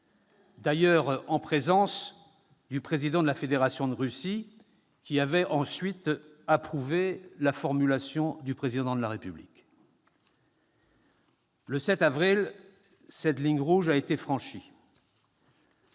d'ailleurs du président de la Fédération de Russie, qui avait ensuite approuvé la formulation du Président de la République. Le 7 avril, cette ligne rouge a été franchie.